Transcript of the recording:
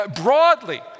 broadly